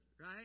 right